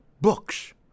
books